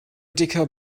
dicker